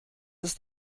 ist